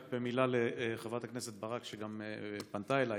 רק במילה לחברת הכנסת ברק, שגם פנתה אליי.